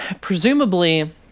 presumably